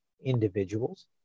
individuals